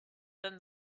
then